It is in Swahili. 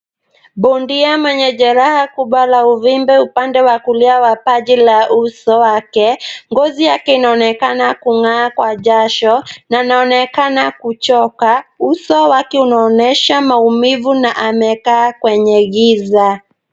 Bondia mwenye jeraha kubwa la uvimbe upande wa kulia wa paji la uso wake. Ngozi yake inaonekana kungaa kwa jasho na anaonekana kuchoka. Uso wake unaonyesha maumivu na amekaa kwenye giza.